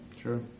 Sure